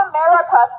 America